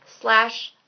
slash